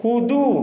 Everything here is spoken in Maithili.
कूदू